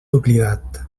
oblidat